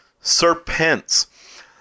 serpents